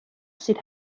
sydd